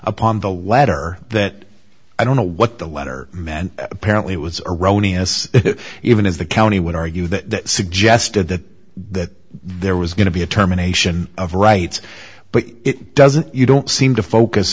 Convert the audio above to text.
upon the latter that i don't know what the letter meant apparently was erroneous even as the county would argue that suggested that that there was going to be a terminations of rights but it doesn't you don't seem to focus